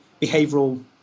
behavioral